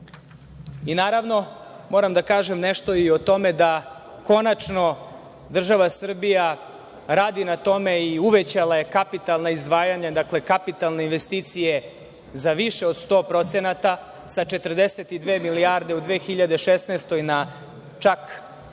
Evrope. Naravno, moram da kažem nešto i o tome da, konačno država Srbija radi na tome i uvećala je kapitalne izdvajanja, dakle kapitalne investicije za više od 100%, sa 42 milijarde u 2016. godini na